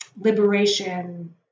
liberation